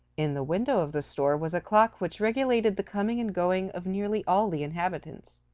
in the window of the store was a clock which regulated the coming and going of nearly all the inhabitants.